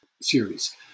series